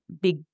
big